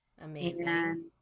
amazing